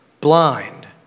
blind